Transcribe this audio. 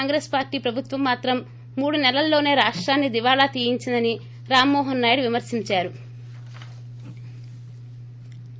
Congress party ప్రభుత్వం మాత్రం మూడు నెలల్లోసే రాష్టాన్ని దివాళా తీయించిందని రామ్మోహన్ నాయుడు విమర్పించారు